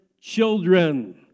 children